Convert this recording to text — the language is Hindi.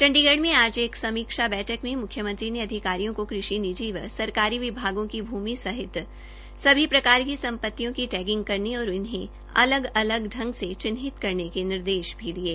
चंडीगढ़ में आज एक समीक्षा बैठक में मुख्यमंत्री ने अधिकारियों को कृषि निजी व सरकारी विभागों की भूमि सहित सभी प्रकार की संपतियों की टैगिंग करने और इन्हे अलग अलग ढंग से चिनिहत करने के निर्देश भी दिये